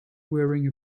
wearing